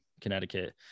Connecticut